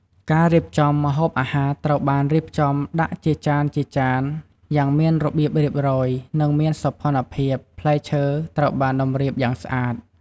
ការរៀបចំ ម្ហូបអាហារត្រូវបានរៀបចំដាក់ជាចានៗយ៉ាងមានរបៀបរៀបរយ និងមានសោភ័ណភាព ផ្លែឈើត្រូវបានតម្រៀបយ៉ាងស្អាត។